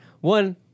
one